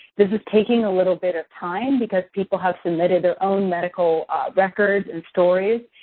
this is taking a little bit of time because people have submitted their own medical records and stories,